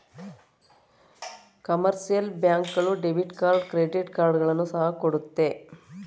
commercial bank ಗಳು debit card credit ಕಾರ್ಡ್ಗಳನ್ನು ಸಹ ಕೊಡುತ್ತೆ